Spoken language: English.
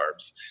carbs